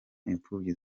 imfubyi